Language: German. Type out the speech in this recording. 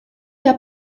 der